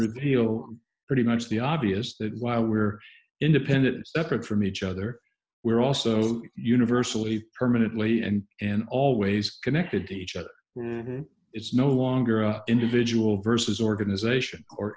reveal pretty much the obvious that while we're independent separate from each other we're also universally permanently and and always connected to each other it's no longer a individual versus organisation or